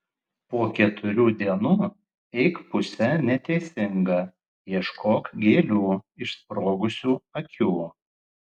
po keturių dienų eik puse neteisinga ieškok gėlių išsprogusių akių